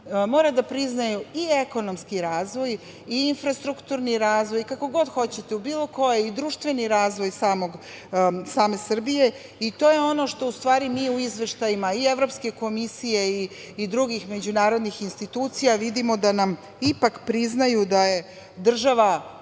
Moraju da priznaju i ekonomski razvoj i infrastrukturni razvoj, kako god hoćete, i društveni razvoj same Srbije. To je ono što u stvari nije u izveštajima i Evropske komisije i drugih međunarodnih institucija, a vidimo da nam ipak priznaju da je država